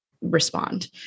respond